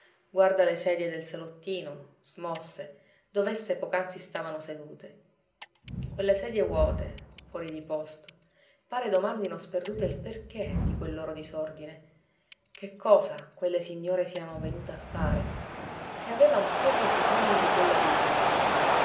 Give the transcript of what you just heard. guarda le sedie del salottino smosse dov'esse poc'anzi stavano sedute quelle sedie vuote fuori di posto pare domandino sperdute il perché di quel loro disordine che cosa quelle signore siano venute a fare se avevan proprio bisogno di quella visita